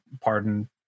pardon